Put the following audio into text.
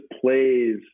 plays